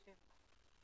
בוקר טוב לכולם.